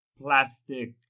plastic